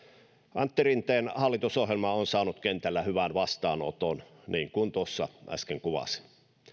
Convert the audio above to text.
antti rinteen hallitusohjelma on saanut kentällä hyvän vastaanoton niin kuin tuossa äsken kuvasin